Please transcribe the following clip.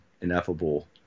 ineffable